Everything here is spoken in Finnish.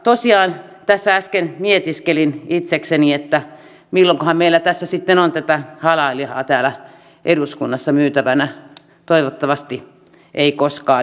tosiaan tässä äsken mietiskelin itsekseni että milloinkahan meillä sitten on halal lihaa täällä eduskunnassa myytävänä toivottavasti ei koskaan